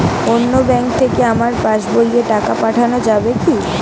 অন্য ব্যাঙ্ক থেকে আমার পাশবইয়ে টাকা পাঠানো যাবে কি?